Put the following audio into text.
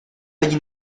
failli